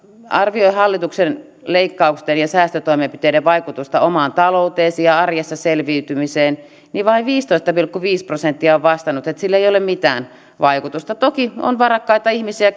arvioi hallituksen leikkausten ja säästötoimenpiteiden vaikutusta omaan talouteesi ja arjessa selviytymiseen vain viisitoista pilkku viisi prosenttia on vastannut että sillä ei ole mitään vaikutusta toki on varakkaita ihmisiä